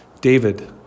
David